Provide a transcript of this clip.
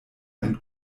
ein